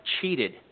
cheated